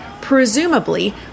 presumably